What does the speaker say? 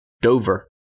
Dover